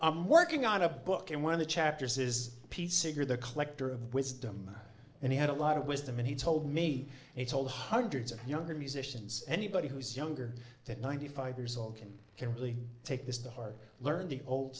i'm working on a book and one of the chapters is peace sigur the collector of wisdom and he had a lot of wisdom and he told me he told hundreds of younger musicians anybody who is younger than ninety five years old can can really take this to heart learn the old